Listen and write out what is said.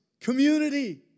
Community